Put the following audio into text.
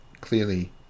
clearly